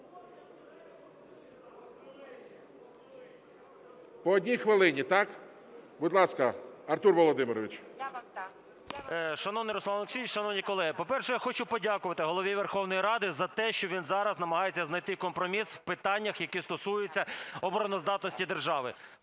По одній хвилині, так. Будь ласка, Артур Володимирович.